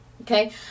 okay